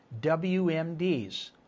WMDs